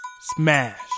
smash